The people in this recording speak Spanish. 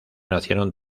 nacieron